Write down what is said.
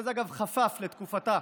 וזה גם חפף לתקופתה